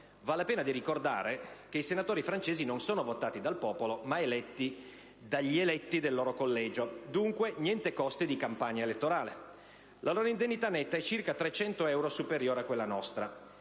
Vale la pena ricordare che i senatori francesi non sono votati dal popolo, ma dagli eletti del loro collegio. Dunque, niente costi di campagna elettorale. La loro indennità netta è circa 300 euro superiore a quella nostra.